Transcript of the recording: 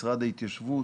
משרד ההתיישבות